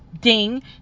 ding